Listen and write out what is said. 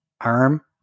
arm